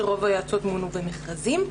שרוב היועצות מונו במכרזים.